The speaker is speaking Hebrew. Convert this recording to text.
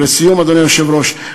אדוני היושב-ראש,